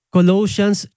Colossians